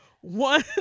One